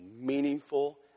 meaningful